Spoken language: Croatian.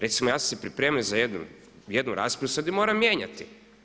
Recimo ja sam se pripremio za jednu raspravu i sad je moram mijenjati.